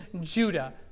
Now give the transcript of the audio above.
Judah